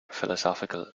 philosophical